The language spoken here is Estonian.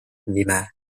nime